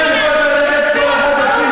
למה הן צריכות ללכת כל אחת,